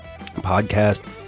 Podcast